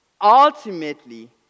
ultimately